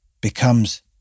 becomes